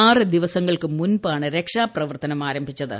ആറ് ദിവസങ്ങൾക്ക് മുമ്പാണ് രക്ഷാപ്രവർത്തനം ആരംഭിച്ചത്